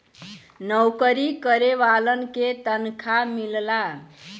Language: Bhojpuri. नऊकरी करे वालन के तनखा मिलला